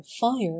fire